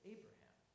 Abraham